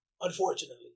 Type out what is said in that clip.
Unfortunately